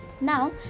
now